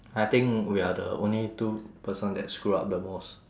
I think we are the only two person that screw up the most